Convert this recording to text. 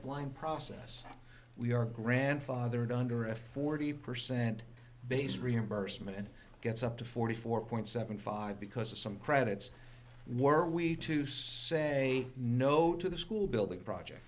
blind process we are grandfathered under a forty percent base reimbursement gets up to forty four point seven five because of some credits were we to say no to the school building project